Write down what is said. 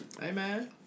Amen